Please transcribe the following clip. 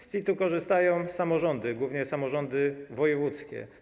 Z CIT-u korzystają samorządy, głównie samorządy wojewódzkie.